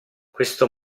questo